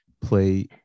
play